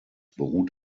beruht